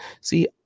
See